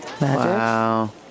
Wow